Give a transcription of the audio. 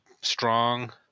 strong